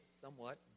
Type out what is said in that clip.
somewhat